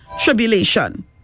tribulation